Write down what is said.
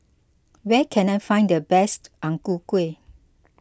where can I find the best Ang Ku Kueh